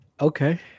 Okay